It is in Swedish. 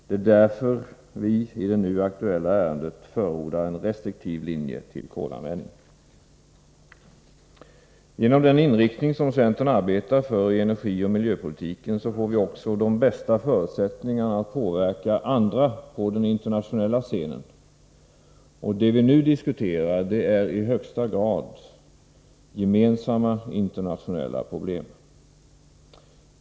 Det är därför vi i det nu aktuella ärendet förordar en restriktiv linje då det gäller kolanvändning. Genom den inriktning som centern arbetar för i energioch miljöpolitiken får vi också de bästa förutsättningarna att påverka andra på den internationella scenen, och det vi nu diskuterar är i högsta grad gemensamma internationella problem.